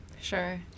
Sure